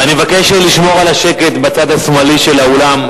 אני מבקש לשמור על השקט בצד השמאלי של האולם,